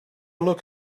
look